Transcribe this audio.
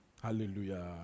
Hallelujah